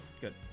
Good